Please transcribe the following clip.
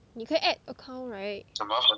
你可以 add account right